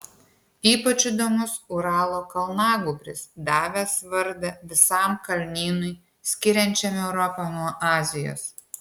ypač įdomus uralo kalnagūbris davęs vardą visam kalnynui skiriančiam europą nuo azijos